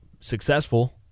successful